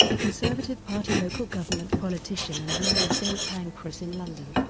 a conservative party local government politician and mayor of st pancras in london.